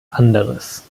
anderes